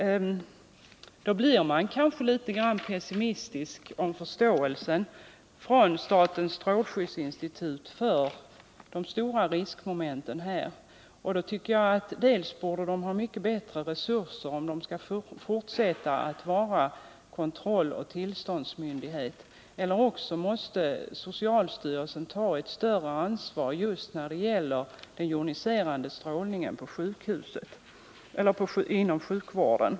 Då blir man kanske litet pessimistisk om statens strålskyddsinstituts förståelse för de stora riskmomenten. Jag tycker att antingen borde strålskyddsinstitutet ha mycket bättre resurser, om det skall fortsätta att vara kontrolloch tillståndsmyndighet, eller också måste socialstyrelsen ta ett större ansvar just när det gäller den joniserande strålningen inom sjukvården.